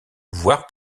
voire